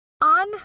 On